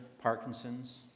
Parkinson's